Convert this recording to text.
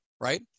right